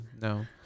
No